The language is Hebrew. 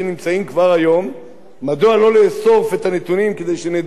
מדוע לא לאסוף את הנתונים כדי שנדע עם מי אנחנו